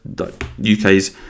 UK's